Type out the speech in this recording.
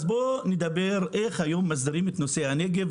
אז בואו נדבר איך היום מסדירים את נושא הנגב,